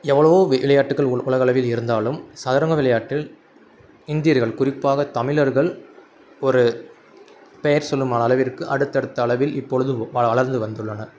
எவ்வளவோ வெ விளையாட்டுகள் உ உலகளவில் இருந்தாலும் சதுரங்க விளையாட்டில் இந்தியர்கள் குறிப்பாக தமிழர்கள் ஒரு பெயர் சொல்லும் அள அளவிற்கு அடுத்த அடுத்த அளவில் இப்பொழுது வள வளர்ந்து வந்துள்ளனர்